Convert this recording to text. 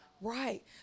right